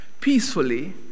peacefully